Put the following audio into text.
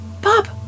Bob